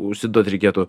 užsiduot reikėtų